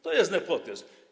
To jest nepotyzm.